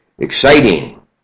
Exciting